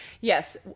yes